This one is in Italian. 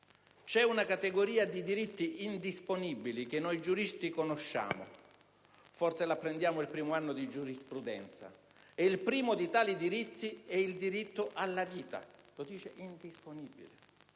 «C'è una categoria di diritti indisponibili che noi giuristi conosciamo - forse la apprendiamo il primo anno di giurisprudenza - ed il primo di tali diritti è il diritto alla vita. Conseguenze